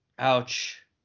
Ouch